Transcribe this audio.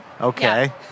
Okay